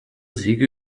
siege